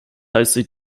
heiße